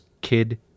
kid